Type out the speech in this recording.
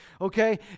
Okay